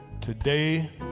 today